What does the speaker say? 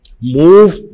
Move